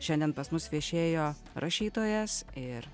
šiandien pas mus viešėjo rašytojas ir